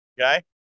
Okay